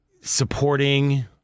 supporting